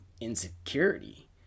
insecurity